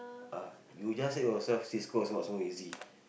ah you just said yourself Cisco what so easy